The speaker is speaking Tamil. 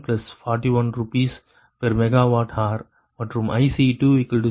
35 Pg141 RsMWhr மற்றும் IC20